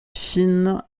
fine